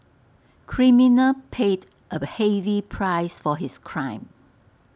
criminal paid A heavy price for his crime